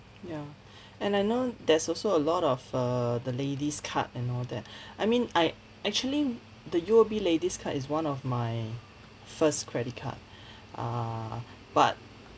ya and I know there's also a lot of err the ladies' card and all that I mean I actually the U_O_B ladies' card is one of my first credit card err but